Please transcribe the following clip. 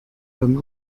dann